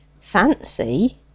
Fancy